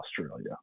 Australia